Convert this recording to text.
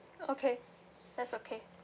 okay that's okay